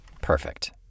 Perfect